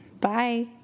Bye